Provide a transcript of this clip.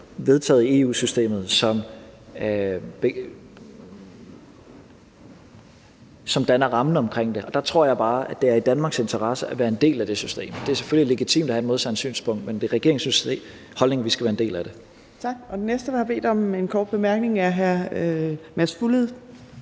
vedtaget i EU-systemet, som danner rammen om det. Der tror jeg bare, at det er i Danmarks interesse at være en del af det system, og det er selvfølgelig legitimt at have det modsatte synspunkt, men det er regeringens holdning, at vi skal være en del af det. Kl. 14:51 Fjerde næstformand (Trine Torp): Tak. Den